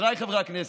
חבריי חברי הכנסת,